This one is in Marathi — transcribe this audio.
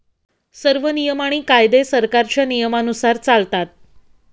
सर्व नियम आणि कायदे सरकारच्या नियमानुसार चालतात